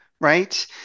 right